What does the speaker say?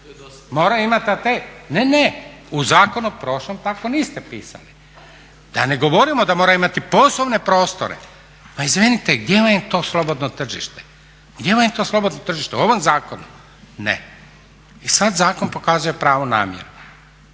mora dobit atest. Ne, ne u zakonu prošlom tako niste pisali. Da ne govorimo da mora imati poslovne prostore. Ma izvinite gdje vam je to slobodno tržište? Gdje vam je to slobodno tržište? U ovom zakonu? Ne. I sad zakon pokazuje pravu namjeru.